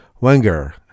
Wenger